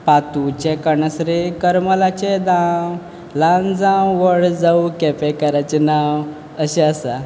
कातूचें कणस रे करमलाचें धाम ल्हान जावं व्हड जावं केपेंकाराचे नांव अशें आसा